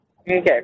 Okay